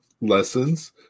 lessons